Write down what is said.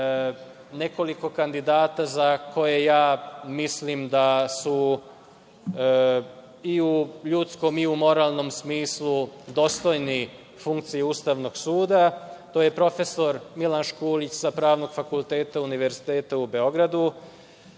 nekoliko kandidata za koje mislim da su, i u ljudskom i u moralnom smislu, dostojni funkcije sudije Ustavnog suda. To je prof. Milan Škulić sa Pravnog fakulteta Univerziteta u Beogradu.